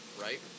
Right